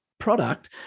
product